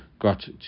got